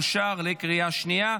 אושר בקריאה השנייה.